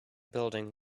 building